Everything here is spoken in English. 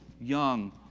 young